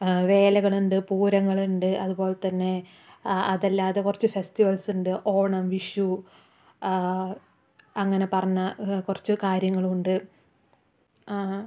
വേലകളുണ്ട് പൂരങ്ങളുണ്ട് അതുപോലെ തന്നെ അതല്ലാതെ കുറച്ച് ഫെസ്റ്റിവൽസുണ്ട് ഓണം വിഷു അങ്ങനെ പറഞ്ഞ കുറച്ച് കാര്യങ്ങളുണ്ട്